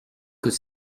code